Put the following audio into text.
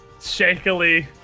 shakily